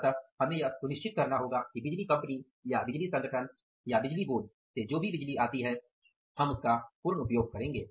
अतः हमें यह सुनिश्चित करना होगा कि बिजली कंपनी या बिजली संगठन या बिजली बोर्ड से जो भी बिजली आती है हम उसका उपयोग करेंगे